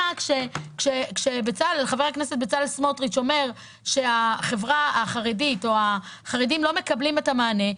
כשבצלאל סמוטריץ' אומר שהחברה החרדית לא מקבלת את המענה,